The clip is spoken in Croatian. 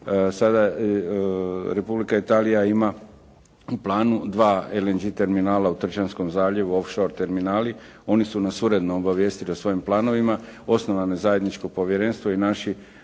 sada Republika Italija ima u planu dva LNG terminala u Tršćanskom zaljevu «off short» terminali. Oni su nas uredno obavijestili o svojim planovima. Osnovano je zajedničko povjerenstvo i naši